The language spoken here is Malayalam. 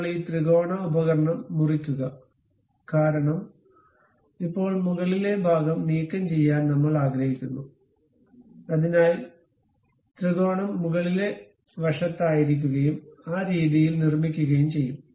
ഇപ്പോൾ ഈ ത്രികോണ ഉപകരണം മുറിക്കുക കാരണം ഇപ്പോൾ മുകളിലെ ഭാഗം നീക്കംചെയ്യാൻ നമ്മൾ ആഗ്രഹിക്കുന്നു അതിനാൽ ത്രികോണം മുകളിലെ വശത്തായിരിക്കുകയും ആ രീതിയിൽ നിർമ്മിക്കുകയും ചെയ്യും